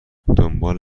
دنبال